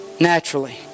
Naturally